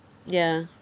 ya